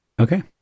Okay